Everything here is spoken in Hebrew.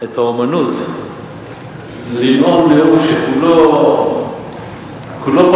את האמנות לנאום נאום שכולו פלגנות,